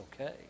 okay